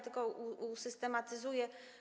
Tylko usystematyzuję.